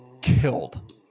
killed